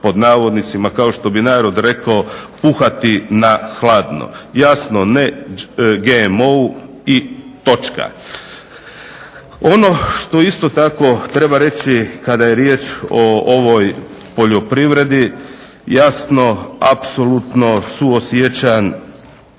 pod navodnicima kao što bi narod rekao "puhati na hladno". Jasno ne GMO i točka. Ono što isto tako treba reći kada je riječ o ovoj poljoprivredi jasno apsolutno suosjećam